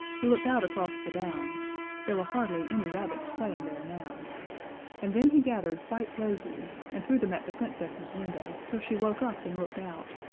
he looked out across the downs there were hardly any rabbits playing there now and then he gathered white roses and threw them at the princess's window till she woke up and looked out.